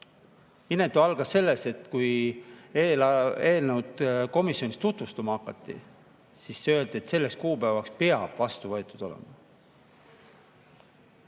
Inetus algas sellest, et kui eelnõu komisjonis tutvustama hakati, siis öeldi, et selleks kuupäevaks peab vastu võetud olema.